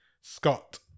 Scott